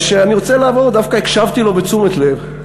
דווקא הקשבתי לו בתשומת לב.